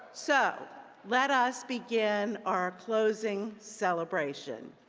so let us begin our closing celebration.